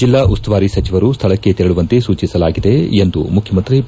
ಜಿಲ್ಲಾ ಉಸ್ತುವಾರಿ ಸಚವರು ಸ್ವಳಕ್ಕೆ ತೆರಳುವಂತೆ ಸೂಚಿಸಲಾಗಿದೆ ಎಂದು ಮುಖ್ಯಮಂತ್ರಿ ಬಿ